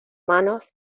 manos